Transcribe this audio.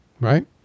right